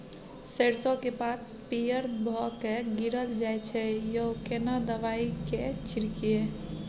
सरसो के पात पीयर भ के गीरल जाय छै यो केना दवाई के छिड़कीयई?